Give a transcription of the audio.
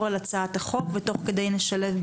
על הצעת החוק ותוך כדי נשלב דוברים,